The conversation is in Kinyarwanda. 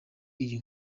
iyi